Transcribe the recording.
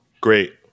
great